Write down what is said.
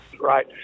Right